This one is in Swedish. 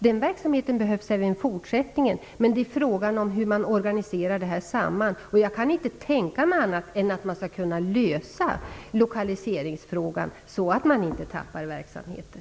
Den verksamheten behövs även i fortsättningen. Men det är frågan om hur man organiserar detta tillsammans. Jag kan inte tänka mig annat än att man skall kunna lösa lokaliseringsfrågan så att man inte tappar verksamheter.